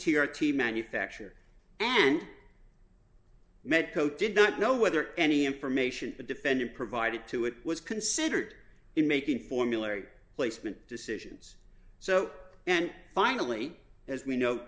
t r t manufacture and medco did not know whether any information the defendant provided to it was considered in making formulary placement decisions so and finally as we know